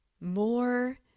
more